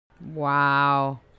Wow